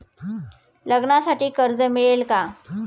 लग्नासाठी कर्ज मिळेल का?